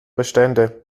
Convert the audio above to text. bestände